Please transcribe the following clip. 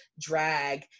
drag